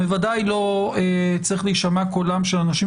בוודאי לא צריך להישמע קולם של אנשים